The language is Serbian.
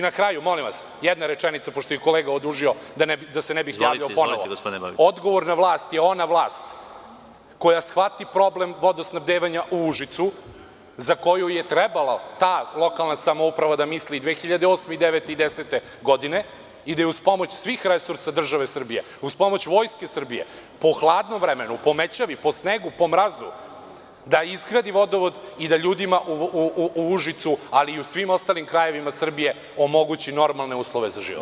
Na kraju, još jedna rečenica, pošto je i kolega odužio, da se ne bih javljao ponovo, odgovorna vlast je ona vlast koja shvati problem vodosnabdevanja u Užicu, za koju je trebalo ta lokalna samouprava da misli i 2008, i 2009. i 2010. godine i da uz pomoć svih resursa države Srbije, uz pomoć Vojske Srbije, po hladnom vremenu, po mećavi, po snegu, po mrazu, da izgradi vodovod i da ljudima u Užicu, ali i u svim ostalim krajevima Srbije, omogući normalne uslove za život.